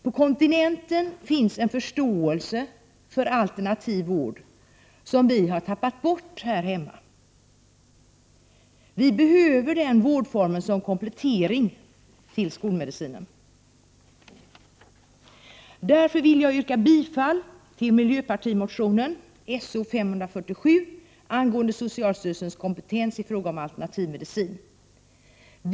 På kontinenten finns en förståelse för alternativ vård som vi har tappat bort här hemma. Vi behöver den vårdformen som komplettering till skolmedicinen. Därför vill jag yrka bifall till miljöpartimotionen §0547 angående socialstyrelsens kompetens i fråga om alternativ medicin.